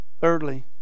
thirdly